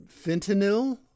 fentanyl